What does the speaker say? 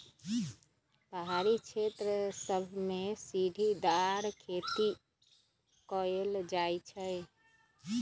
पहारी क्षेत्र सभमें सीढ़ीदार खेती कएल जाइ छइ